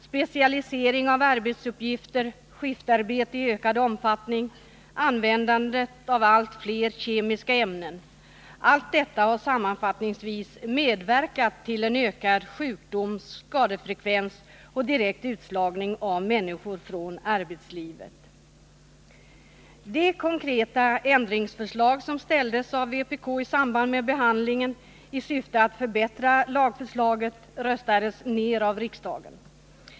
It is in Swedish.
Specialisering av arbetsuppgifter, skiftarbete i ökad omfattning, användandet av allt fler kemiska ämnen, allt detta har sammanfattningsvis medverkat till en ökad sjukdomsoch skadefrekvens och direkt utslagning av människor från arbetslivet. De konkreta ändringsförslag som ställdes av vpk i samband med behandlingen i syfte att förbättra lagförslaget röstades ner av riksdagen.